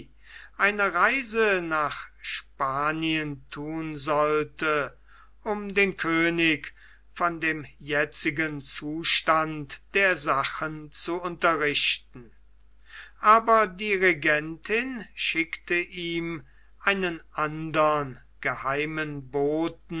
eine reise nach spanien thun sollte um den könig von dem jetzigen zustand der sachen zu unterrichten aber die regentin schickte ihm einen andern geheimen boten